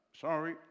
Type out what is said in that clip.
sorry